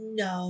no